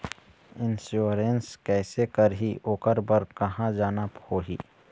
Insurance कैसे करही, ओकर बर कहा जाना होही?